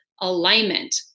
alignment